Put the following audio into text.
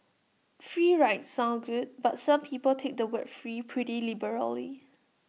free rides sound good but some people take the word free pretty liberally